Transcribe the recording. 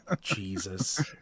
jesus